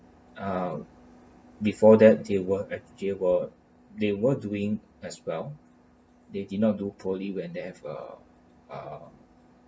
uh before that they were at they were they were doing as well they did not do poorly when they have uh uh